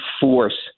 force